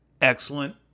excellent